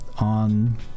on